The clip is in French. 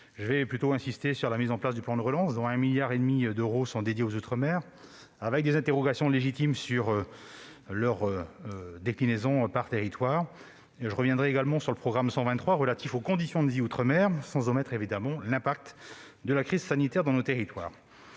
J'insisterai plutôt sur la mise en place du plan de relance, dont 1,5 milliard d'euros sont dédiés aux outre-mer, avec des interrogations légitimes sur leur déclinaison par territoire. Je reviendrai également sur le programme 123, relatif aux « Conditions de vie outre-mer », sans omettre évidemment l'impact de la crise sanitaire dans nos territoires.